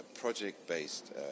project-based